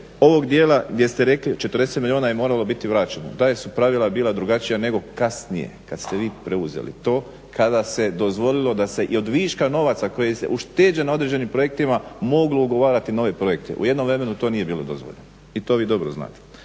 ovog dijela gdje ste rekli 40 milijuna je moralo biti vraćeno, … su pravila bila drugačija nego kasnije kad ste vi preuzeli to, kada se dozvolilo da se i od viška novca koji je ušteđen na određenim projektima moglo ugovarati nove projekte. U jednom vremenu to nije bilo dozvoljeno i to vi dobro znate.